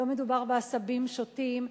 לא מדובר בעשבים שוטים,